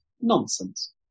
nonsense